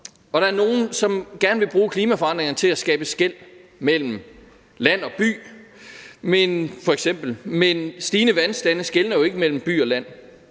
Og der er nogle, som gerne vil bruge klimaforandringerne til at skabe skel mellem land og by f.eks., men stigende vandstande skelner jo ikke mellem by og land.